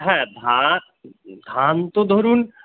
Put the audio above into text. হ্যাঁ ধান ধান তো ধরুন